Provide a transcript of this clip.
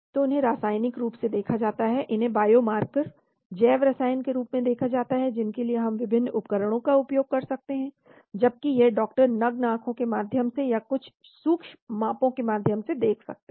तो इन्हें रासायनिक रूप से देखा जाता है इन्हें बायोमार्कर जैव रसायन के रूप में देखा जाता है जिनके लिए हम विभिन्न उपकरणों का उपयोग कर सकते हैं जबकि यह डॉक्टर नग्न आंखों के माध्यम से या कुछ सूक्ष्म मापों के माध्यम से देख सकते हैं